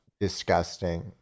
disgusting